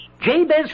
Jabez